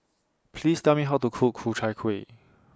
Please Tell Me How to Cook Ku Chai Kuih